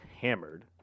hammered